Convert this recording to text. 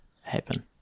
happen